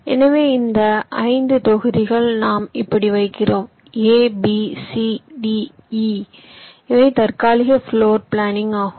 எனவே இந்த 5 தொகுதிகள் நாம் இப்படி வைக்கிறோம் a b c d e இவை தற்காலிக பிளோர் பிளானிங் ஆகும்